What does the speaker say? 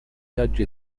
viaggi